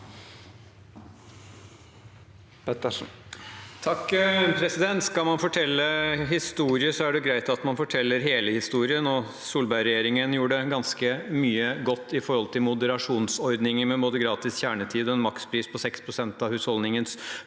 (H) Skal man fortelle en historie, er det greit at man forteller hele historien. Solberg-regjeringen gjorde ganske mye godt når det gjelder moderasjonsordninger, med både gratis kjernetid og en makspris på 6 pst. av husholdningens